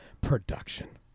production